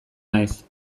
naiz